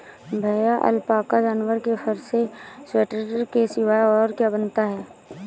भैया अलपाका जानवर के फर से स्वेटर के सिवाय और क्या बनता है?